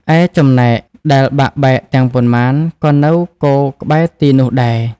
ឯចំណែកដែលបាក់បែកទាំងប៉ុន្មាន ក៏នៅគរក្បែរទីនោះដែរ ។